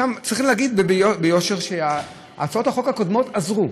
צריך להגיד ביושר שהצעות החוק הקודמות עזרו.